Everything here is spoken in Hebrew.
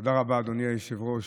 תודה רבה, אדוני היושב-ראש.